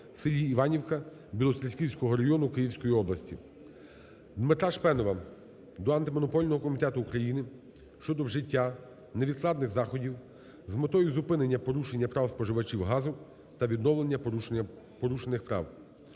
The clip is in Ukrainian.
Дмитра Шпенова до Антимонопольного комітету України щодо вжиття невідкладних заходів з метою зупинення порушення прав споживачів газу та відновлення порушених прав.